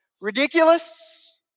Ridiculous